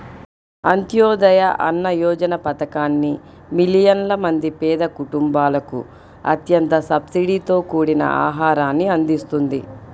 అంత్యోదయ అన్న యోజన పథకాన్ని మిలియన్ల మంది పేద కుటుంబాలకు అత్యంత సబ్సిడీతో కూడిన ఆహారాన్ని అందిస్తుంది